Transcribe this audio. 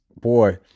boy